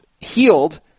healed